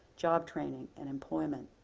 job training, and employment.